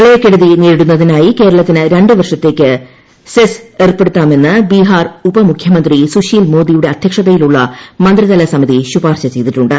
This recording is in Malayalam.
പ്രളയക്കെടുതി നേരിടുന്നതിനായി കേരളത്തിന് രണ്ട് വർഷത്തേക്ക് സെസ് ഏർപ്പെടുത്താമെന്ന് ബിഹാർ ഡെപ്യൂട്ടി മുഖ്യമന്ത്രി സുശിൽമോദിയുടെ അദ്ധ്യക്ഷതയിലുള്ള മന്ത്രിതല സമിത്പ് ശുപാർശ ചെയ്തിട്ടുണ്ട്